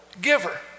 giver